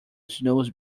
snooze